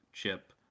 Chip